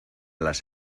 las